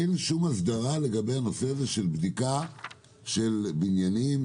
אין שום הסדרה לגבי בדיקה של בניינים.